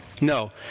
no